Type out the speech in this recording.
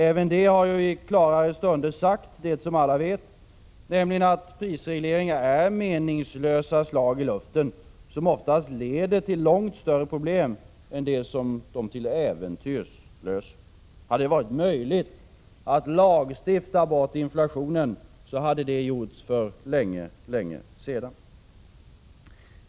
Även de har i klarare stunder sagt det som alla vet, nämligen att prisregleringar är meningslösa slag i luften som oftast leder till långt större problem än de som de till äventyrs löser. Hade det varit möjligt att lagstifta bort inflationen, hade det gjorts för länge sedan.